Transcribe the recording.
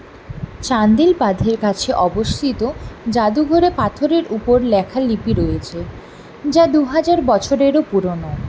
চান্দিল বাঁধের কাছে অবস্থিত জাদুঘরে পাথরের উপর লেখা লিপি রয়েছে যা দু হাজার বছরেরও পুরনো